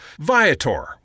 Viator